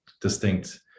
distinct